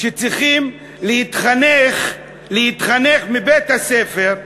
שצריכים להתחנך בבית-הספר,